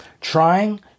trying